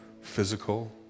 physical